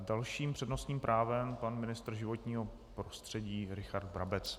Další s přednostním právem pan ministr životního prostředí Richard Brabec.